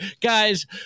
Guys